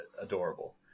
adorable